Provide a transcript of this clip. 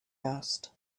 asked